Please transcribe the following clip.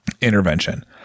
intervention